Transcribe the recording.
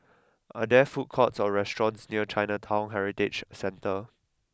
are there food courts or restaurants near Chinatown Heritage Centre